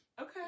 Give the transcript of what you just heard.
Okay